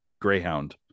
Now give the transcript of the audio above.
Greyhound